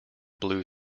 blue